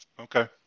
Okay